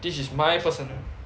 this is my person